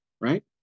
right